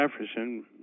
Jefferson